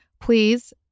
please